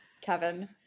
Kevin